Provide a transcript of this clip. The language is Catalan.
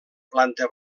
planta